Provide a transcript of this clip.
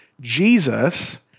Jesus